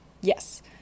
Yes